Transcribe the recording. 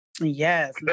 Yes